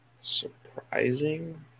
Surprising